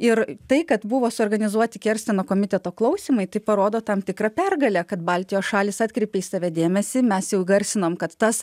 ir tai kad buvo suorganizuoti kersteno komiteto klausymai tai parodo tam tikrą pergalę kad baltijos šalys atkreipė į save dėmesį mes jau įgarsinom kad tas